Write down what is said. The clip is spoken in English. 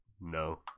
no